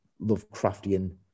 Lovecraftian